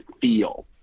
feel